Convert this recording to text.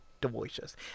Delicious